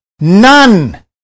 none